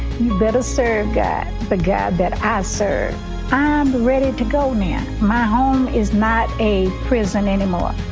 you'd better serve god, the god that i serve. i'm ready to go now. my home is not a prison anymore.